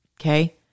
okay